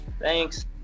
Thanks